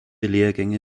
lehrgänge